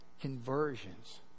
conversions